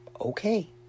okay